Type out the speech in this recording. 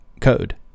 code